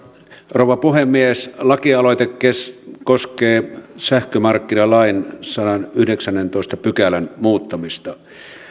rouva puhemies lakialoite koskee sähkömarkkinalain sadannenyhdeksännentoista pykälän muuttamista